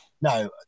No